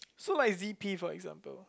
so like Z_P for example